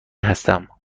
هستم